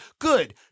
Good